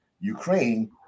Ukraine